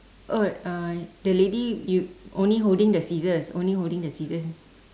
oh uh the lady you only holding the scissors holding the scissors